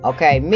Okay